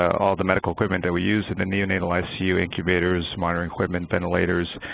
all the medical equipment that we use in the neonatal icu, incubators, monitoring equipment, ventilators,